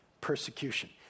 persecution